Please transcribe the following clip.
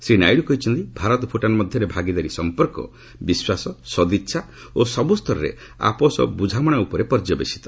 ଶ୍ରୀ ନାଇଡୁ କହିଛନ୍ତି ଭାରତ ଭୁଟାନ ମଧ୍ୟରେ ଭାଗିଦାରୀ ସମ୍ପର୍କ ବିଶ୍ୱାସ ସଦିଚ୍ଛା ଓ ସବୁ ସ୍ତରରେ ଆପୋଷ ବୁଝାମଣା ଉପରେ ପର୍ଯ୍ୟବେଶିତ